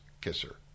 kisser